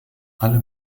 alle